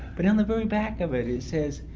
but on the very back of it it says,